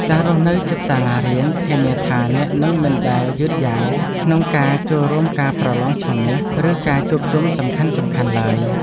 ការរស់នៅជិតសាលារៀនធានាថាអ្នកនឹងមិនដែលយឺតយ៉ាវក្នុងការចូលរួមការប្រឡងឆមាស ឬការជួបជុំសំខាន់ៗឡើយ។